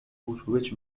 which